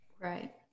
right